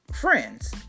friends